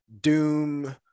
doom